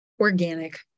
organic